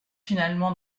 finalement